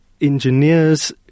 engineers